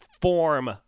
form